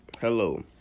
Hello